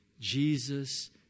Jesus